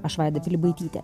aš vaida pilibaitytė